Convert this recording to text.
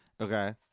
Okay